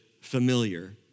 familiar